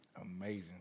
Amazing